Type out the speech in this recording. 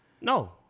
No